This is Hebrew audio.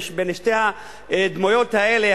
בין שתי הדמויות האלה,